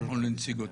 או לנציגותיו.